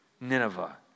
Nineveh